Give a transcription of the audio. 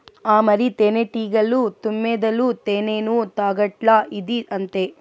ఆ మరి, తేనెటీగలు, తుమ్మెదలు తేనెను తాగట్లా, ఇదీ అంతే